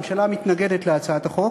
הממשלה מתנגדת להצעת החוק.